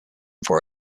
for